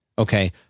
Okay